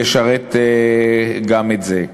ישרת גם את זה.